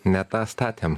ne tą statėm